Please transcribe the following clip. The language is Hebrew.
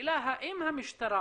השאלה האם המשטרה